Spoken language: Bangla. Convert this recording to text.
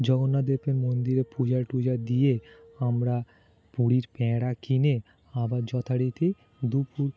জগন্নাথদেবের মন্দিরে পূজা টূজা দিয়ে আমরা পুরীর প্যাঁড়া কিনে আবার যথারীতি দুপুর